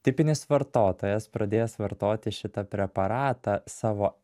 tipinis vartotojas pradėjęs vartoti šitą preparatą savo